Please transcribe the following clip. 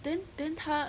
then then 他